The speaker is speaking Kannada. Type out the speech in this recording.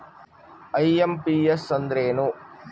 ಐ.ಎಂ.ಪಿ.ಎಸ್ ಅಂದ್ರ ಏನು?